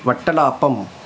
வட்டளாப்பம்